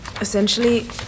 essentially